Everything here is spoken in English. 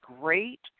great